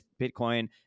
Bitcoin